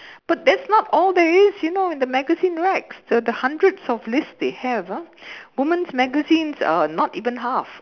but that's not all there is you know in the magazine racks there are hundreds of list they have ah women's magazines are not even half